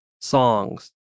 songs